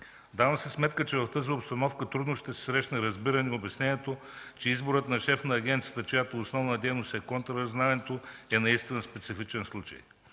Давам си сметка, че в тази обстановка трудно ще се срещне разбиране на обяснението, че изборът на шеф на Агенцията, чиято основна дейност е контраразузнаването, е наистина специфичен случай,